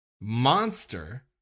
monster